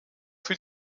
für